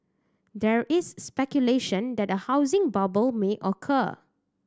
there is speculation that a housing bubble may occur